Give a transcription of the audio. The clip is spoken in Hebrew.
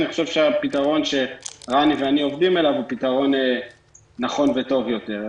אני חושב שהפתרון שרני ואני עובדים עליו הוא פתרון נכון וטוב יותר,